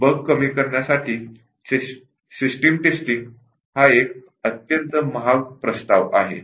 बग कमी करण्यासाठी system testing हा एक अत्यंत महाग प्रस्ताव आहे